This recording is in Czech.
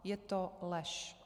Je to lež!